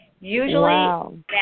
Usually